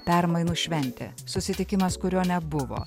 permainų šventė susitikimas kurio nebuvo